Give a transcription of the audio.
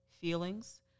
feelings